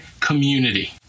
community